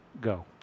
Go